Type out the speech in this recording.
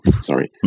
Sorry